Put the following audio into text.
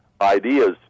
ideas